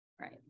right